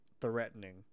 threatening